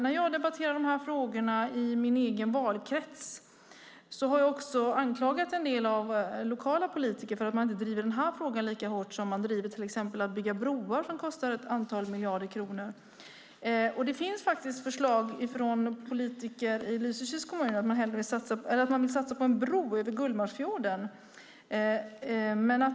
När jag debatterat de här frågorna i min egen valkrets har jag anklagat en del av de lokala politikerna för att de inte driver den här frågan lika hårt som de till exempel driver frågan om att bygga broar som kostar ett antal miljarder kronor. Det finns förslag från politiker i Lysekils kommun om att satsa på en bro över Gullmarsfjorden.